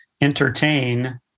entertain